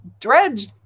dredge